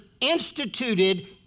instituted